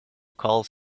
calls